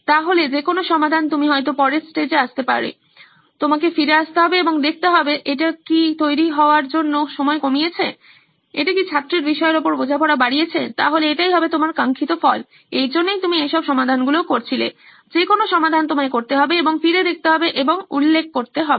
সুতরাং যে কোনো সমাধান তুমি হয়তো পরের স্টেজে আসতে পারে তোমাকে ফিরে আসতে হবে এবং দেখতে হবে এটা কি তৈরি হওয়ার জন্য সময় কমিয়েছে এটা কি ছাত্রের বিষয়ের ওপর বোঝাপড়া বাড়িয়েছে তাহলে এটাই হবে তোমার কাঙ্খিত ফল এই জন্যই তুমি এইসব সমাধানগুলো করছিলে যে কোনো সমাধান তোমায় করতে হবে এবং ফিরে দেখতে হবে এবং উল্লেখ করতে হবে